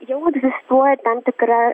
jau egzistuoja tam tikra